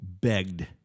begged